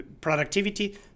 productivity